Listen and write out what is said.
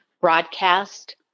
broadcast